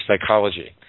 psychology